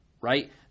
right